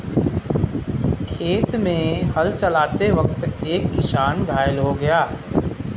खेत में हल चलाते वक्त एक किसान घायल हो गया